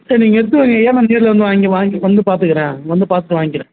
சரி நீங்கள் எடுத்து வைங்க ஐயா நான் நேரில் வந்து வாங்கி வாங்கி வந்து பார்த்துக்கிறேன் வந்து பார்த்து வாங்கிறேன்